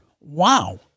Wow